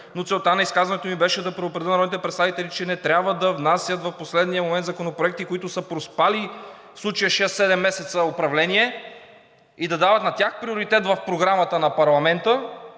но целта на изказването ми беше да предупредя народните представители, че не трябва да внасят в последния момент законопроекти, които са проспали, в случая шест-седем месеца управление, и да дават на тях приоритет в програмата на парламента,